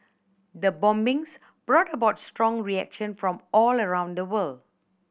the bombings brought about strong reaction from all around the world